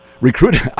Recruiting